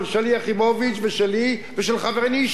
של שלי יחימוביץ ושלי ושל חברינו,